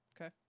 Okay